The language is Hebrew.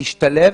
להשתלב,